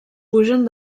pugen